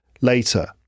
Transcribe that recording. later